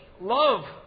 love